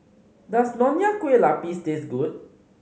does Nonya Kueh Lapis taste good